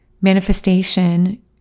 manifestation